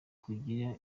kugira